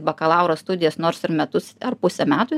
bakalauro studijas nors ir metus ar pusę metų